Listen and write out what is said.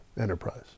enterprise